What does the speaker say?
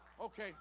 Okay